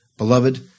Beloved